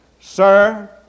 Sir